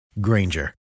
Granger